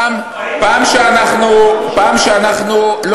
פעם שאנחנו, מה, אנחנו במבצע צבאי?